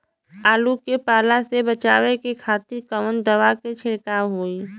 आलू के पाला से बचावे के खातिर कवन दवा के छिड़काव होई?